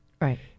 Right